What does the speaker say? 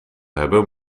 hebben